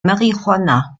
marijuana